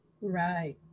Right